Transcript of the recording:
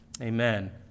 amen